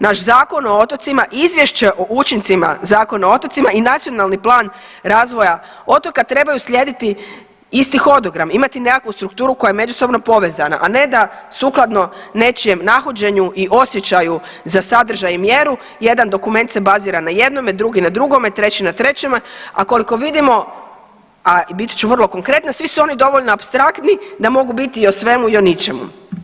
Naš Zakon o otocima, izvješće o učincima Zakona o otocima i Nacionalni plan razvoja otoka trebaju slijediti isti hodogram, imati nekakvu strukturu koja je međusobno povezana, a ne da sukladno nečijem nahođenju i osjećaju za sadržaj i mjeru jedan dokument se bazira na jednome, drugi na drugome, treći na trećeme, a koliko vidimo, a biti ću vrlo konkretna, svi su oni dovoljno apstraktni da mogu biti o svemu i o ničemu.